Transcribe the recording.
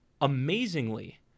Amazingly